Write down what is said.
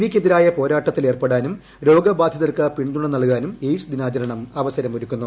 V ക്കെതിരായ പോരാട്ടത്തിൽ ഏർപ്പെടാനും രോഗബാധിതർക്ക് പിന്തുണ നൽകാനും എയിഡ്സ് ദിനാചരണം അവസരമൊരുക്കുന്നു